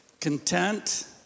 Content